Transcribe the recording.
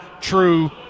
true